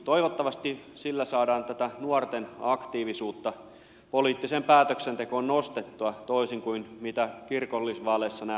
toivottavasti sillä saadaan tätä nuorten aktiivisuutta poliittiseen päätöksentekoon nostettua toisin kuin mitä kirkollisvaaleissa nähtiin